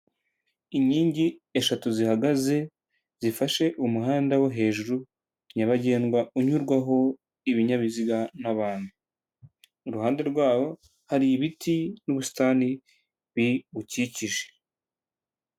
Inkingi eshatu zihagaze zifashe umuhanda wo hejuru nyabagendwa unyurwaho n'ibinyabiziga n'abantu, iruhande rwawo hari ibiti n'ubusitani biwukikije.